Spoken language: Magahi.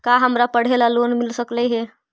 का हमरा पढ़े ल लोन मिल सकले हे?